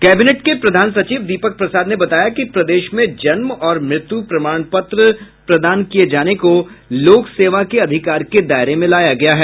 cabinet के प्रधान सचिव दीपक प्रसाद ने बताया कि प्रदेश में जन्म और मृत्यु प्रमाण पत्र प्रदान किये जाने को लोक सेवा के अधिकार के दायरे में लाया गया है